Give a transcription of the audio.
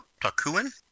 Takuin